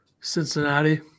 Cincinnati